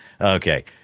Okay